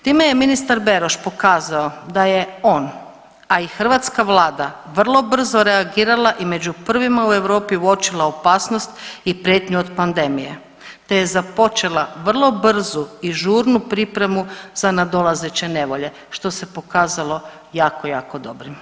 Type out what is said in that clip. Time je ministar Beroš pokazao da je on, a i hrvatska Vlada vrlo brzo reagirala i među prvima u Europu uočila opasnost i prijetnju od pandemije te je započela vrlo brzu i žurnu pripremu za nadolazeće nevolje, što se pokazalo jako, jako dobrim.